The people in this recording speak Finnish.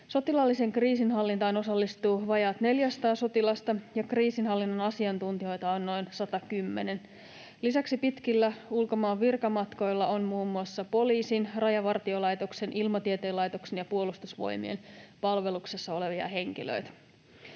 Sotilaalliseen kriisinhallintaan osallistuu vajaat 400 sotilasta, ja kriisinhallinnan asiantuntijoita on noin 110. Lisäksi pitkillä ulkomaan virkamatkoilla on muun muassa poliisin, Rajavartiolaitoksen, Ilmatieteen laitoksen ja Puolustusvoimien palveluksessa olevia henkilöitä.